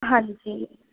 ਹਾਂਜੀ